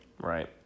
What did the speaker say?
Right